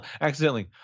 Accidentally